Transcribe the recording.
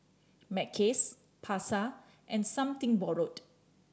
Mackays Pasar and Something Borrowed